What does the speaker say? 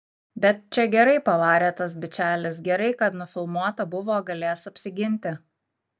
bet čia gerai pavarė tas bičelis gerai kad nufilmuota buvo galės apsiginti